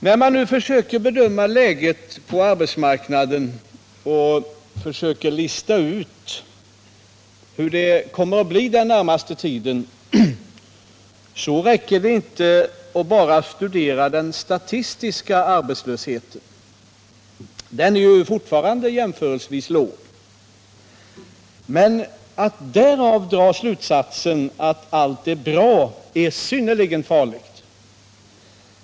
När man nu försöker bedöma läget på arbetsmarknaden och lista ut hur det kommer att bli den närmaste tiden räcker det inte att bara studera den statistiska arbetslösheten. Den är fortfarande jämförelsevis låg. Men att därav dra slutsatsen att allt är bra är synnerligen farligt.